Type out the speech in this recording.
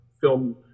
film